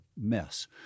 mess